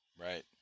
right